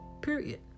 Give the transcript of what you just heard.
period